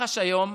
מח"ש היום